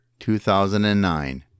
2009